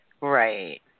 Right